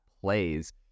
plays